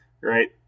Right